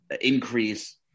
increase